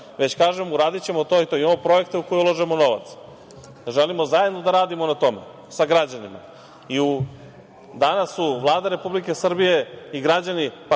već kažemo uradićemo to i to. Imamo projekte u koje ulažemo novac, želimo zajedno da radimo na tome sa građanima. Danas su Vlada Republike Srbije i građani